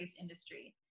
industry